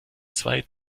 zwei